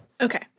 Okay